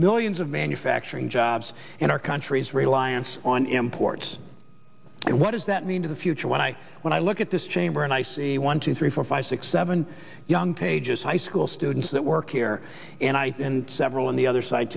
millions of manufacturing jobs in our country's reliance on imports what does that mean to the future when i when i look at this chamber and i see one two three four five six seven young pages high school students that work here and i and several on the other side